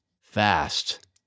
fast